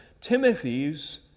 Timothy's